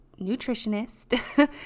nutritionist